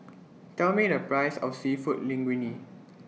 Tell Me The Price of Seafood Linguine